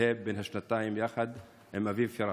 אל-הייב בן השנתיים יחד עם אביו פיראס.